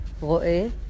Roe